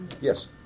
Yes